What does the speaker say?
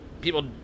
people